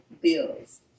bills